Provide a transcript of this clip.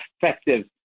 effective